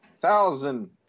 thousand